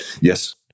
Yes